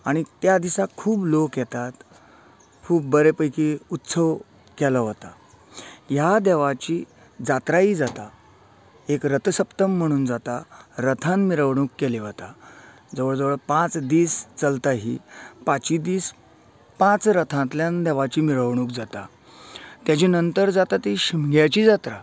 आनी त्या दिसाक खूब लोक येतात खूब बरें पैकी उत्सव केलो वता ह्या देवाची जात्राय जाता एक रथसप्तम म्हणून जाता रथान मिरवणूक केली वता जवळ जवळ पांच दीस चलता ही पाचूय दीस पांच रथांतल्यान देवाची मिरवणूक जाता तेजे नंतर जाता ती शिमग्याची जात्रा